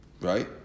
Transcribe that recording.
right